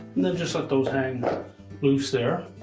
then just let those hang loose there.